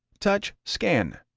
touch scan,